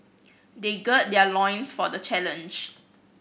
they gird their loins for the challenge